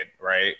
right